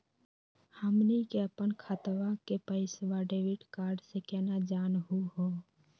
हमनी के अपन खतवा के पैसवा डेबिट कार्ड से केना जानहु हो?